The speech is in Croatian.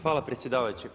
Hvala predsjedavajući.